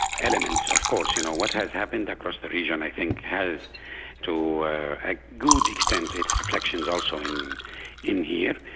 elements of course. you know what has happened across the region i think has to a good extent, its reflections are also in in here.